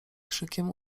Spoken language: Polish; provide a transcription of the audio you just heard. krzykiem